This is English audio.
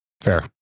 Fair